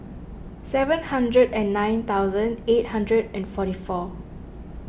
seven hundred and nine thousand eight hundred and forty four